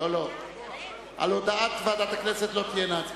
על הודעת ועדת הכנסת לא תהיינה הצבעות.